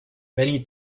many